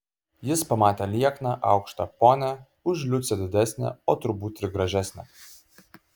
jis pamatė liekną aukštą ponią už liucę didesnę o turbūt ir gražesnę